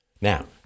Now